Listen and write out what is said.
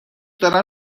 دارم